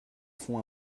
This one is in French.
font